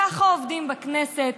ככה עובדים בכנסת,